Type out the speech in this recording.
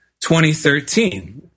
2013